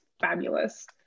fabulous